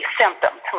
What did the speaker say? symptoms